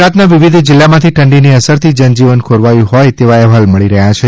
ગુજરાતના વિવિધ જિલ્લામાથી ઠંડીની અસરથી જનજીવન ખોરવાયું હોય તેવા અહેવાલ મળી રહ્યાં છે